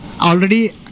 already